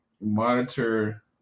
monitor